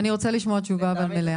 אני רוצה לשמוע תשובה מלאה.